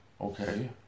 Okay